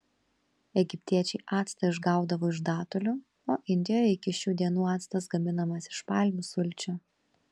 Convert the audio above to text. egiptiečiai actą išgaudavo iš datulių o indijoje iki šių dienų actas gaminamas iš palmių sulčių